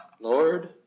Lord